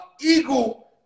eagle